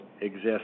exist